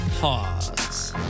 pause